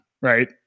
right